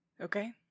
Okay